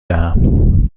دهم